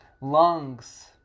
lungs